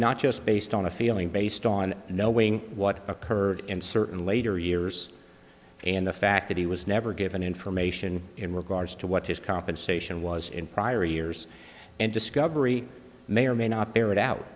not just based on a feeling based on knowing what occurred in certain later years and the fact that he was never given information in regards to what his compensation was in prior years and discovery may or may not bear it out